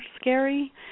scary